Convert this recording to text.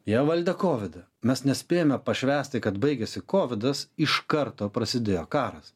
jie valdė kovidą mes nespėjome pašvęsti kad baigiasi kovidas iš karto prasidėjo karas